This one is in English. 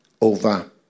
over